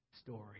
story